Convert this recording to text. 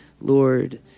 Lord